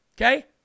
Okay